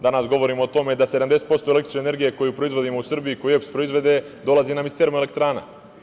Danas govorimo o tome da 70% električne energije koju proizvodimo u Srbiji, koju EPS proizvede dolazi nam iz termoelektrana.